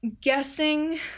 guessing